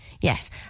Yes